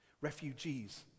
Refugees